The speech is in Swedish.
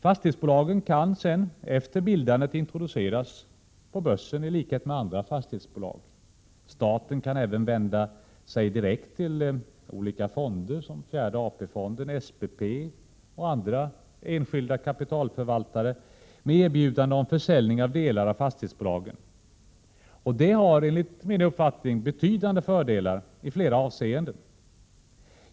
Fastighetsbolagen kan sedan efter bildandet introduceras på börsen i likhet med andra fastighetsbolag. Staten kan även vända sig direkt till olika fonder som fjärde AP-fonden, SPP och andra enskilda kapitalförvaltare med erbjudande om försäljning av delar av fastighetsbolagen. Det har enligt min uppfattning betydande fördelar i flera avseenden.